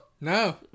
No